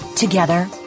Together